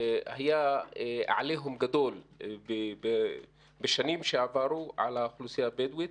היה עליהום גדול בשנים שעברו על האוכלוסייה הבדואית.